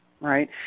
right